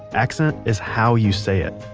accent is how you say it.